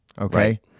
Okay